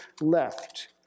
left